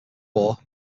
war